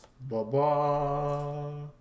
Bye-bye